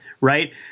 right